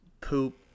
poop